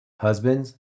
Husbands